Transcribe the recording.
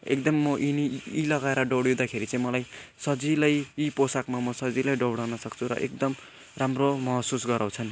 एकदम म यिनी यी लगाएर दौडिँदाखेरि चाहिँ मलाई सजिलै यी पोसाकमा म सजिलै दौडनसक्छु र एकदम राम्रो महसुस गराउँछन्